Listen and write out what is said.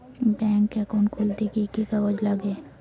Bank account খুলতে কি কি কাগজ লাগে?